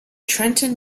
trenton